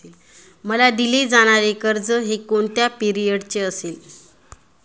मला दिले जाणारे कर्ज हे कोणत्या पिरियडचे असेल?